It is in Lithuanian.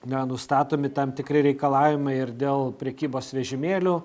na nustatomi tam tikri reikalavimai ir dėl prekybos vežimėlių